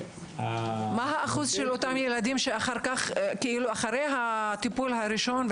אתה אמרת שחלק מהילדים אחרי הטיפול הראשון,